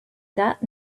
that